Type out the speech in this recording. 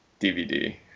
DVD